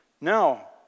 Now